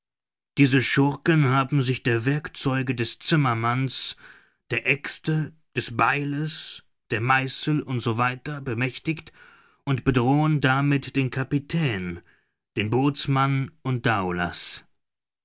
diese schurken haben sich der werkzeuge des zimmermanns der aexte des beiles der meißel u s w bemächtigt und bedrohen damit den kapitän den bootsmann und daoulas